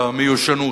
במיושנות,